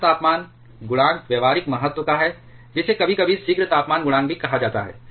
ईंधन तापमान गुणांक व्यावहारिक महत्व का है जिसे कभी कभी शीघ्र तापमान गुणांक भी कहा जाता है